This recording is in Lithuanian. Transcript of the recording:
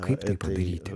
kaip tai padaryti